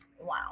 Wow